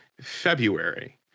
February